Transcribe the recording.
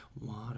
water